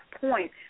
point